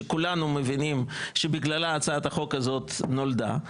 שכולנו מבינים שבגללה הצעת החוק הזאת נולדה.